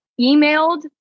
emailed